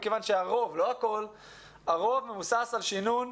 כיוון שהרוב מבוסס על שינון.